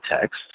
text